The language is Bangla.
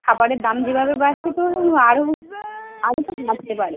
খাবারের দাম যেভাবে বাড়ছে তো আরো আরো তো বাড়তে পারে